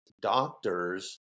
doctors